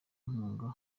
inkunga